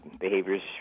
behaviors